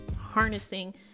harnessing